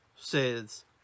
says